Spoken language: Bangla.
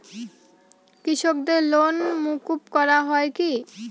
কৃষকদের লোন মুকুব করা হয় কি?